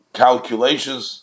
calculations